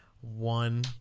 one